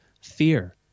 fear